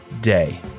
day